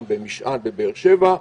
גם ב"משען" בבאר-שבע.